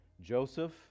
Joseph